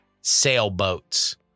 sailboats